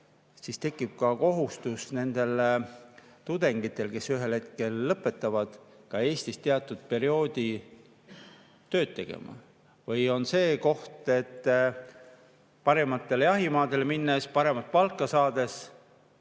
siis tekib ka kohustus nendel tudengitel, kes ühel hetkel lõpetavad, Eestis teatud perioodi tööd teha? Või on see koht, et parematele jahimaadele minnes paremat palka saada?